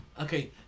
Okay